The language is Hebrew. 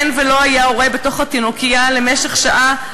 אין ולא היה הורה בתוך התינוקייה למשך שעה,